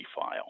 file